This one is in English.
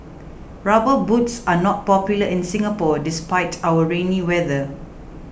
rubber boots are not popular in Singapore despite our rainy weather